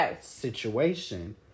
situation